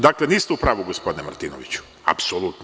Dakle, niste u pravu, gospodine Martinoviću, apsolutno.